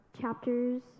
chapters